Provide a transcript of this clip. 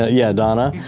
ah yeah, donna.